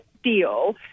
deal